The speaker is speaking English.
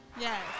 Yes